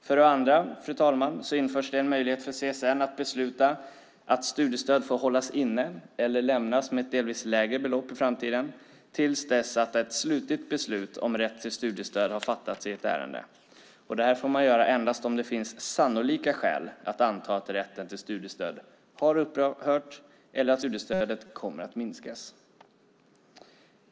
För det andra, fru talman, införs en möjlighet för CSN att besluta att studiestöd får hållas inne eller lämnas med ett delvis lägre belopp i framtiden, till dess att ett slutligt beslut om rätt till studiestöd har fattats i ett ärende. Detta får man göra endast om det finns sannolika skäl att anta att rätten till studiestöd har upphört eller att studiestödet kommer att minskas.